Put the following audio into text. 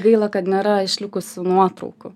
gaila kad nėra išlikusių nuotraukų